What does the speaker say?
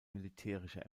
militärische